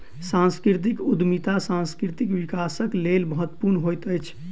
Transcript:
सांस्कृतिक उद्यमिता सांस्कृतिक विकासक लेल महत्वपूर्ण होइत अछि